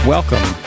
Welcome